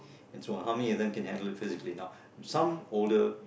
and so on how many of them can handle it physically now some older